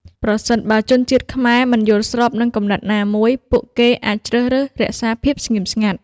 ប្រសិនបើជនជាតិខ្មែរមិនយល់ស្របនឹងគំនិតណាមួយ ពួកគេអាចជ្រើសរើសរក្សាភាពស្ងៀមស្ងាត់។